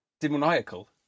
Demoniacal